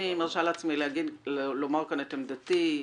אני מרשה לעצמי לומר כאן את עמדתי: